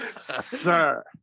Sir